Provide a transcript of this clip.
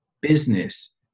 business